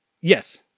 Yes